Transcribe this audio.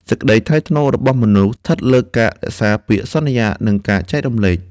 សេចក្ដីថ្លៃថ្នូររបស់មនុស្សស្ថិតលើការរក្សាពាក្យសន្យា និងការចែករំលែក។